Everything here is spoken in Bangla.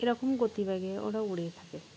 এরকম গতিবেগে ওরা উড়ে থাকে